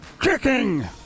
kicking